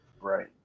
Right